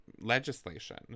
legislation